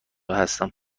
هستم